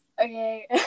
okay